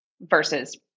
versus